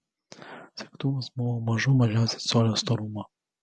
segtuvas buvo mažų mažiausiai colio storumo